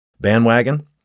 bandwagon